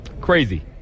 Crazy